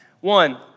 One